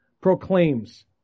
proclaims